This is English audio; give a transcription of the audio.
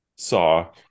Saw